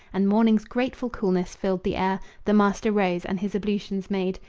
and morning's grateful coolness filled the air, the master rose and his ablutions made.